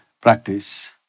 practice